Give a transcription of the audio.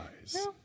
eyes